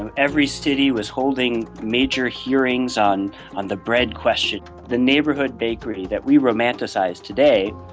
and every city was holding major hearings on on the bread question. the neighborhood bakery that we romanticize today